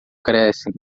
crescem